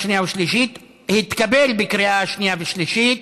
התקבלה בקריאה שנייה ושלישית